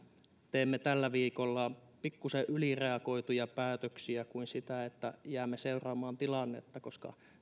tekisimme tällä viikolla pikkusen ylireagoituja päätöksiä kuin niin että jäämme seuraamaan tilannetta koska